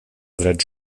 drets